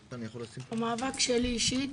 המאבק שלי אישית,